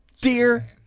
Dear